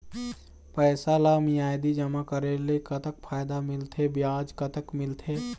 पैसा ला मियादी जमा करेले, कतक फायदा मिलथे, ब्याज कतक मिलथे?